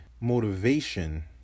motivation